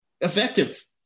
effective